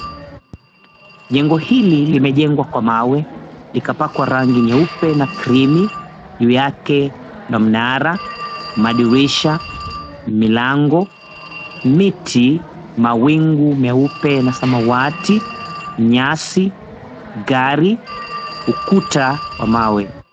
Jengo hili limejengwa kwa mawe, likapakwa rangi nyeupe na krimi. Juu yake kuna mnara, madirisha, milango, miti, mawingu meupe na samawati, nyasi, gari, ukuta kwa mawe.